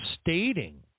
stating